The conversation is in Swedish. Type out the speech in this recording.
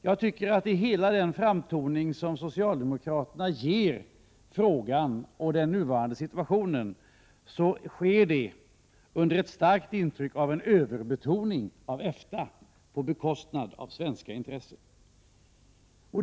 Jag tycker att hela den framtoning som socialdemokraterna ger frågan och den nuvarande situationen sker under ett starkt intryck av en överbetoning av EFTA på bekostnad av svenska intressen.